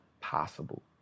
possible